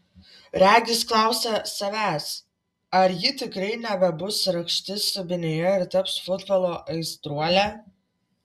regis klausia savęs ar ji tikrai nebebus rakštis subinėje ir taps futbolo aistruole